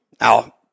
Now